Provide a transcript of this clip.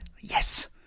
Yes